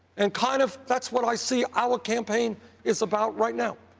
and kind of that's what i see our campaign is about right now.